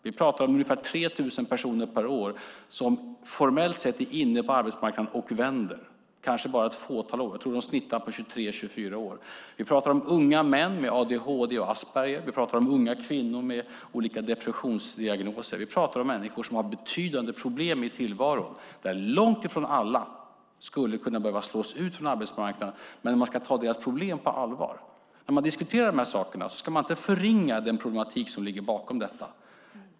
Vi pratar om ungefär 3 000 personer per år som formellt sett är inne på arbetsmarknaden och vänder - det handlar kanske bara om ett fåtal år. Jag tror att de snittar på 23-24 år. Vi pratar om unga män med adhd och Aspberger. Vi pratar om unga kvinnor med olika depressionsdiagnoser. Vi pratar om människor som har betydande problem i tillvaron. Långt ifrån alla skulle behöva slås ut från arbetsmarknaden. Men man ska ta deras problem på allvar. När man diskuterar de här sakerna ska man inte förringa den problematik som ligger bakom detta.